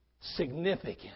significant